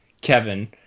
Kevin